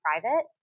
private